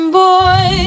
boy